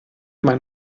mein